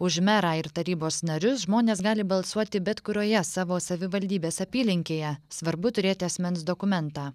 už merą ir tarybos narius žmonės gali balsuoti bet kurioje savo savivaldybės apylinkėje svarbu turėti asmens dokumentą